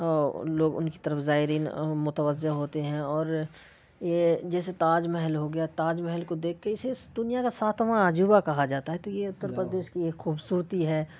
لوگ ان کی طرف زائرین متوجہ ہوتے ہیں اور یہ جیسے تاج محل ہو گیا تاج محل کو دیکھ کے اسے دنیا کا ساتواں عجوبہ کہا جاتا ہے تو یہ اتر پردیش کی ایک خوبصورتی ہے